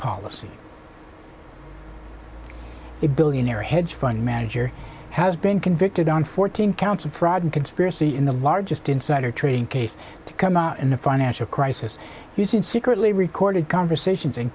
policy a billionaire hedge fund manager has been convicted on fourteen counts of fraud and conspiracy in the largest insider trading case to come out in the financial crisis using secretly recorded conversations